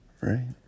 right